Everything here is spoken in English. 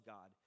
God